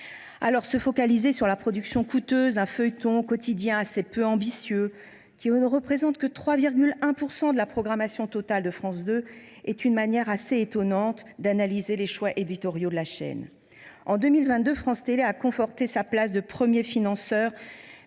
se focaliser sur la « production coûteuse d’un feuilleton quotidien assez peu ambitieux », qui ne représente en réalité que 3,1 % de la programmation totale de France 2, est une manière assez étonnante d’analyser les choix éditoriaux de la chaîne. En 2022, France Télévisions a conforté sa place de premier financeur